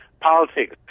politics